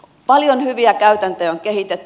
paljon hyviä käytäntöjä on kehitetty